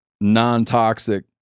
non-toxic